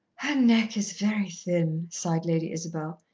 her neck is very thin, sighed lady isabel,